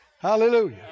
Hallelujah